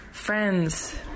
Friends